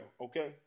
okay